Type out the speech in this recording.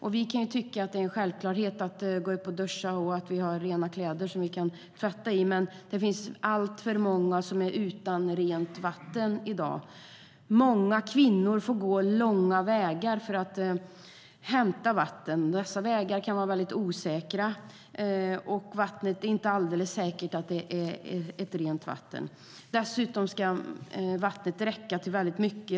I Sverige tycker vi att det är en självklarhet att kunna duscha och tvätta kläder, men det finns alltför många som är utan rent vatten. Många kvinnor får gå lång väg för att hämta vatten. Vägarna kan vara osäkra, och det är inte säkert att vattnet är rent. Dessutom ska vattnet räcka till mycket.